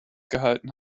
gehalten